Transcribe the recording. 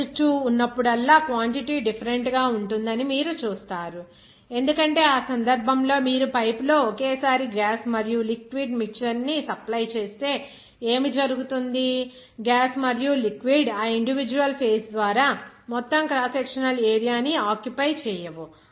phase 2 ఉన్నప్పుడల్లా quantity different గా ఉంటుందని మీరు చూస్తారు ఎందుకంటే ఆ సందర్భంలో మీరు పైపులో ఒకేసారి గ్యాస్ మరియు లిక్విడ్ మిక్చర్ ని సప్లై చేస్తే ఏమి జరుగుతుంది గ్యాస్ మరియు లిక్విడ్ ఆ ఇండివిడ్యువల్ ఫేజ్ ద్వారా మొత్తం క్రాస్ సెక్షనల్ ఏరియా ని ఆక్యుపై చేయవు